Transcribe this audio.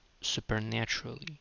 supernaturally